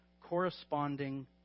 corresponding